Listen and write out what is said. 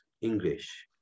English